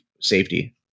safety